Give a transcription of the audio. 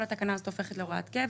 כל התקנה הזאת הופכת להוראת קבע.